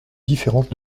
différence